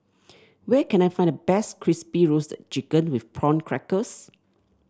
where can I find the best Crispy Roasted Chicken with Prawn Crackers